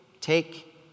take